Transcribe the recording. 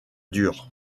dur